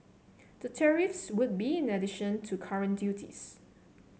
the tariffs would be in addition to current duties